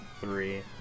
three